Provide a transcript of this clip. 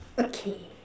okay